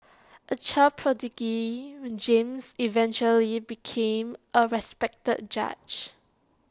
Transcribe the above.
A child prodigy James eventually became A respected judge